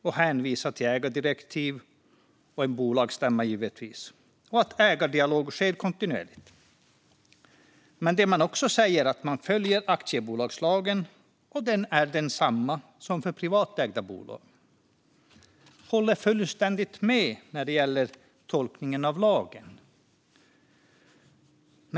Man hänvisar till ägardirektiv och bolagsstämma och till att ägardialog sker kontinuerligt. Men det man också säger är att man följer aktiebolagslagen, och den är densamma som för privatägda bolag. Jag håller fullständigt med när det gäller tolkningen av lagen.